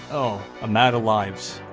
oh, i'm out of lives,